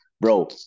bro